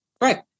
Right